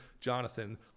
Jonathan